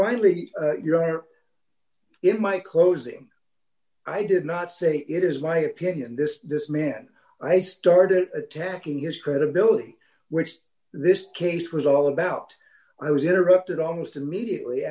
finally your honor in my closing i did not say it is my opinion this dismantle i started attacking his credibility which this case was all about i was interrupted almost immediately